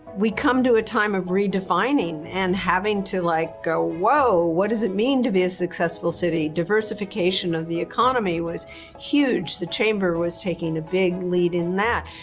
we come to a time of redefining and having to, like go, whoa, what does it mean to be a successful city? diversification of the economy was huge. the chamber was taking a big lead in that.